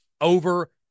over